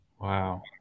Wow